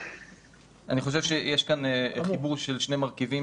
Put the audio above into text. אני חושב שיש כאן חיבור של שני מרכיבים